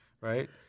right